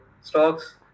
stocks